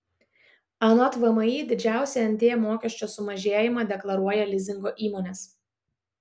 anot vmi didžiausią nt mokesčio sumažėjimą deklaruoja lizingo įmonės